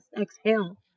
exhale